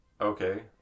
Okay